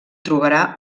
trobarà